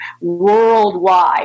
worldwide